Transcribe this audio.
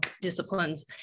disciplines